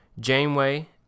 Janeway